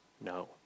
No